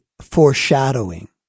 foreshadowing